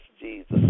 Jesus